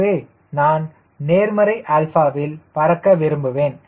எனவே நான் நேர்மறை 𝛼 வில் பறக்க விரும்புவேன்